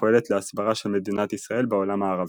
שפועלת להסברה של מדינת ישראל בעולם הערבי.